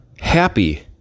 happy